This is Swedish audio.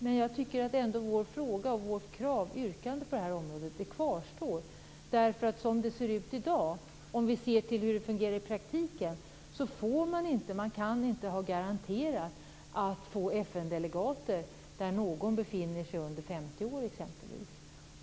Men jag tycker att vårt yrkande på det här området kvarstår därför att man i dag, som det fungerar i praktiken, inte garanterat kan få FN-delegater under 50 år.